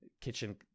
kitchen